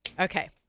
Okay